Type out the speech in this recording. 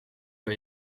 ben